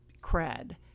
cred